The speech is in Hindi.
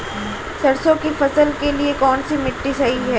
सरसों की फसल के लिए कौनसी मिट्टी सही हैं?